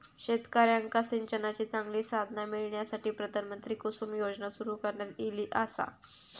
शेतकऱ्यांका सिंचनाची चांगली साधना मिळण्यासाठी, प्रधानमंत्री कुसुम योजना सुरू करण्यात ईली आसा